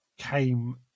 came